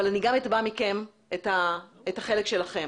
אבל אני גם אתבע מכם את החלק שלכם.